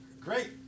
Great